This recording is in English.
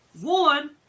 One